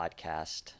podcast